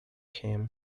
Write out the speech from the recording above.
him